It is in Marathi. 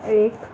एक